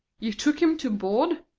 you took him to board?